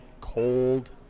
cold